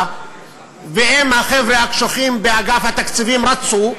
ואם החבר'ה הקשוחים באגף התקציבים רצו,